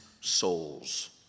souls